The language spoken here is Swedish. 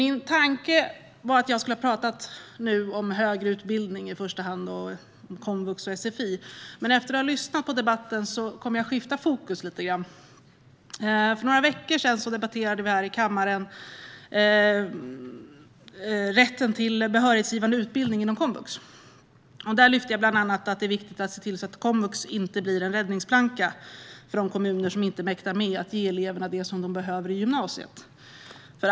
Min tanke var att jag i första hand skulle ha pratat om högre utbildning, komvux och sfi, men efter att ha lyssnat på debatten kommer jag att skifta fokus lite grann. För några veckor sedan debatterade vi här i kammaren rätten till behörighetsgivande utbildning inom komvux. Där lyfte jag bland annat att det är viktigt att se till att komvux inte blir en räddningsplanka för de kommuner som inte mäktar med att ge eleverna det som de behöver i gymnasiet.